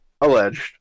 Alleged